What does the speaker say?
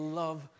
love